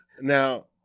now